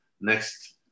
next